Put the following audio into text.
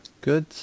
good